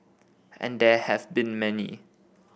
and there have been many